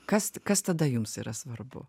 kas kas tada jums yra svarbu